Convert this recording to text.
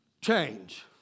Change